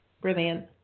Brilliant